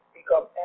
become